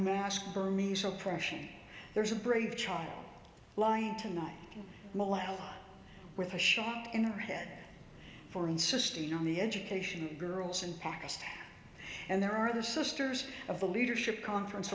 unmasked burmese oppression there is a brave trial lying tonight with a shot in her head for insisting on the education girls in pakistan and there are the sisters of the leadership conference